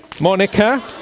Monica